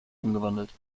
umgewandelt